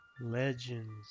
Legends